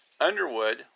Underwood